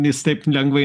jis taip lengvai